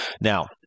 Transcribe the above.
Now